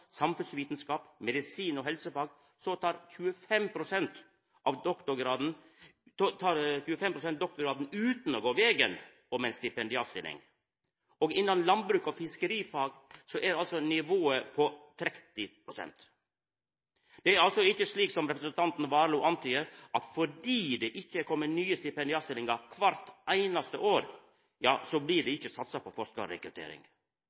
og medisin/helsefag tek 25 pst. doktorgraden utan å gå vegen om ei stipendiatstilling. Innan landbruks- og fiskerifag er nivået 30 pst. Det er altså ikkje slik som representanten Warloe antydar, at fordi det ikkje har kome nye stipendiatstillingar kvart einaste år, blir det ikkje satsa på forskarrekruttering. Det